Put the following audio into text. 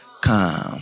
Come